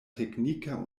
teknika